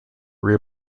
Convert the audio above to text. rear